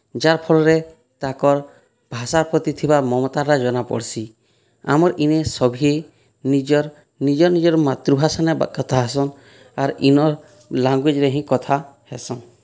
ଯାର୍ ଫଳରେ ତାଙ୍କର୍ ଭାଷା ପ୍ରତି ଥିବା ମମତାଟା ଜଣା ପଡ଼୍ସି ଆମର୍ ଇନେ ସଭେ ନିଜର୍ ନିଜ ନିଜର୍ ମାତୃଭାଷାନେ କଥା ହେସନ୍ ଆର୍ ଇନର୍ ଲାଙ୍ଗୁଏଜ୍ରେ ହିଁ କଥା ହେସନ୍